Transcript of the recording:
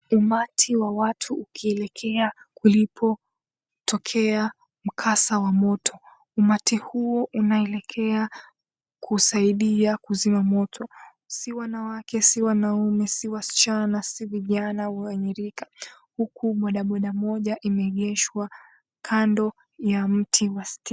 Umati wa watu ukielekea kulipotokea mkasa wa moto. Umati huo unaelekea kusaidia kuzima moto. Si wanawake, si wanaume, si wasichana na si vijana wenye rika huku bodaboda moja imeegeshwa kando ya mti wa stima.